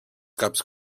caps